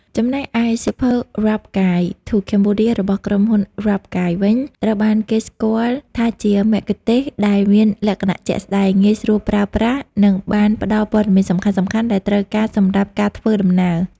ចំណែកឯសៀវភៅ Rough Guide to Cambodia របស់ក្រុមហ៊ុន Rough Guides វិញ ត្រូវបានគេស្គាល់ថាជាមគ្គុទ្ទេសក៍ដែលមានលក្ខណៈជាក់ស្ដែង ងាយស្រួលប្រើប្រាស់ និងបានផ្ដល់ព័ត៌មានសំខាន់ៗដែលត្រូវការសម្រាប់ការធ្វើដំណើរ។